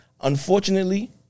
Unfortunately